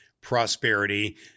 prosperity